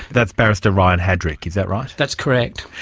that's barrister ryan haddrick, is that right? that's correct.